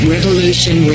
Revolution